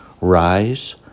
Rise